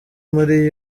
muri